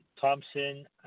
Thompson